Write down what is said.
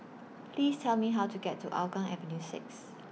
Please Tell Me How to get to Hougang Avenue six